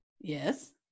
Yes